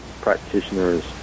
practitioners